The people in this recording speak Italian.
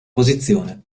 posizione